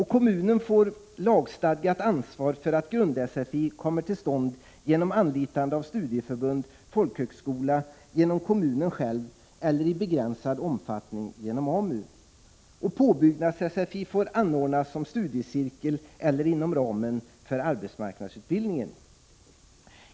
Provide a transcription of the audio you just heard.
Kommunen får lagstadgat ansvar för att grund-sfi kommer till stånd genom anlitande av studieförbund och folkhögskola, genom kommunen själv eller i begränsad omfattning genom AMU. Påbyggnads-sfi får anordnas som studiecirkel eller inom ramen för arbetsmarknadsutbildningen.